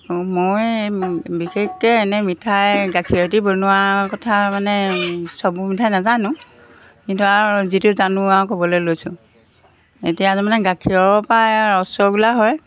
অঁ মই বিশেষকৈ এনেই মিঠাই গাখীৰৰ সৈতি বনোৱাৰ কথা মানে চববোৰ মিঠাই নাজানো কিন্তু আৰু যিটো জানোঁ আৰু ক'বলৈ লৈছোঁ এতিয়া মানে গাখীৰৰপৰাই আৰু ৰসগোল্লা হয়